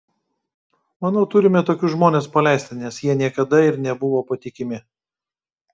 manau turime tokius žmones paleisti nes jie niekada ir nebuvo patikimi